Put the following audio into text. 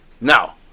Now